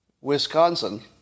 Wisconsin